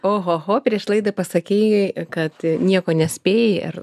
oho ho prieš laidą pasakei kad nieko nespėji ir